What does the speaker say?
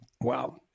Wow